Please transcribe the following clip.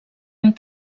amb